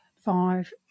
five